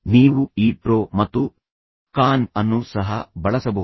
ನೀವು ಈ ಪ್ರೊ ಮತ್ತು ಕಾನ್ ಅನ್ನು ಸಹ ಬಳಸಬಹುದು